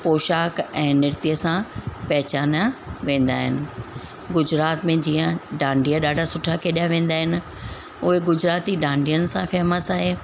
पौशाक ऐं नृत्य सां पहचाना वेंदा आइन गुजरात में जीअं डांडिया ॾाढा सुठा खेॾा वेंदा आहिनि उहे गुजराती डांडियनि सां फेमस आहे